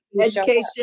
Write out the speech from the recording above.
education